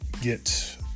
get